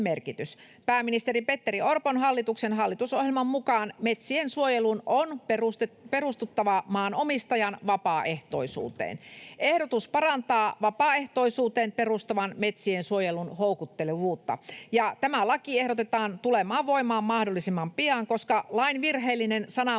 Pääministeri Petteri Orpon hallituksen hallitusohjelman mukaan metsiensuojelun on perustuttava maanomistajan vapaaehtoisuuteen. Ehdotus parantaa vapaaehtoisuuteen perustuvan metsiensuojelun houkuttelevuutta. Ja tämä laki ehdotetaan tulemaan voimaan mahdollisimman pian, koska lain virheellinen sanamuoto